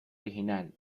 original